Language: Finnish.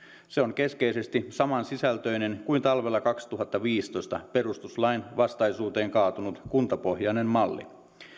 se on keskeisesti samansisältöinen kuin talvella kaksituhattaviisitoista perustuslainvastaisuuteen kaatunut kuntapohjainen malli